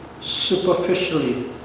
superficially